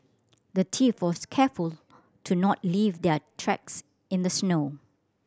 the thief was careful to not leave their tracks in the snow